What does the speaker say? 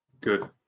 good